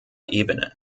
ebene